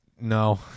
No